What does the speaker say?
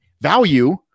Value